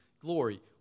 glory